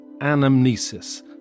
anamnesis